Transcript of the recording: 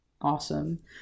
awesome